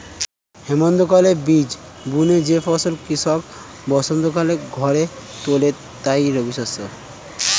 হেমন্তকালে বীজ বুনে যে ফসল কৃষক বসন্তকালে ঘরে তোলে তাই রবিশস্য